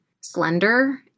slender